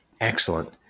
Excellent